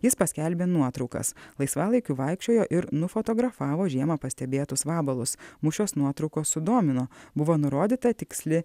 jis paskelbė nuotraukas laisvalaikiu vaikščiojo ir nufotografavo žiemą pastebėtus vabalus mus šios nuotraukos sudomino buvo nurodyta tiksli